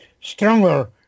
stronger